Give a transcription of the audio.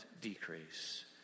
decrease